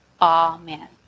Amen